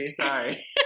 Sorry